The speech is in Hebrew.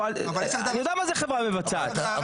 אני יודע מה זה חברה מבצעת.